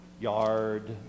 yard